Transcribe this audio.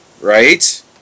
Right